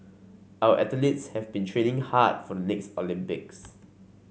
our athletes have been training hard for next Olympics